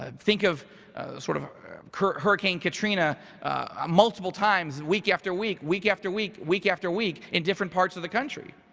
ah think of sort of current hurricane katrina multiple times, week after week, week after week, week after week in different parts of the country,